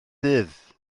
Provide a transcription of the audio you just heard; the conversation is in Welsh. dydd